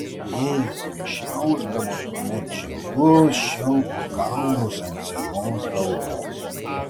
vėjas jam šiaušdavo tuomet žilus šilko gaurus ant senos galvos